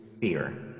fear